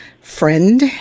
friend